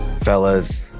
Fellas